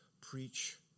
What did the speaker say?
Preach